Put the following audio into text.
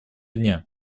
дня